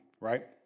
Right